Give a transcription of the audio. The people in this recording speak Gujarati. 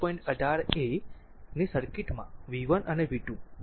18 a ની સર્કિટ માં v 1 અને v 2